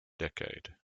decade